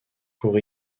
pour